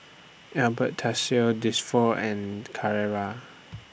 Yaber Castell Saint Dalfour and Carrera